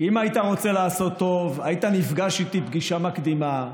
כי אם היית רוצה לעשות טוב היית נפגש איתי פגישה מקדימה,